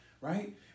right